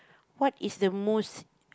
what is the most